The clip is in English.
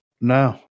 No